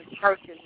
churches